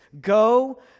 go